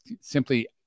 simply